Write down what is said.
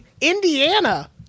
Indiana